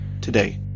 today